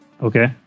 Okay